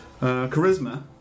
charisma